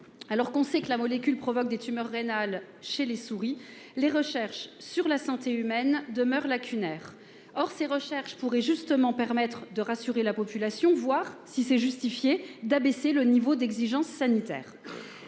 Alors que l'on sait que la molécule provoque des tumeurs rénales chez les souris, les recherches sur la santé humaine demeurent lacunaires. Or celles-ci pourraient justement permettre de rassurer la population, voire, si c'est justifié, d'abaisser le niveau d'exigence sanitaire.